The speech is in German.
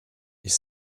ich